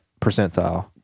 percentile